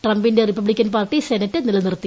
ട്രംപിന്റെ Republican party Senate നിലനിർത്തി